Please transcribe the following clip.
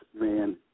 man